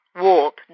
WARP